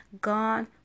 God